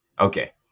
Okay